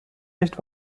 nicht